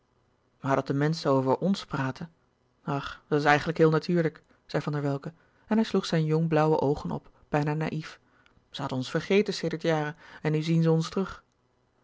maar dat de menschen over ons praten ach dat is eigenlijk heel natuurlijk zei van der welcke en hij sloeg zijn jong blauwe oogen op bijna naïf ze hadden ons vergeten sedert jaren en nu zien ze ons terug